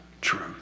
truth